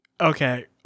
Okay